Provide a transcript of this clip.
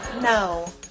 No